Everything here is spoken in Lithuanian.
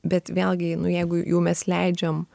bet vėlgi nu jeigu jau mes leidžiam